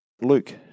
Luke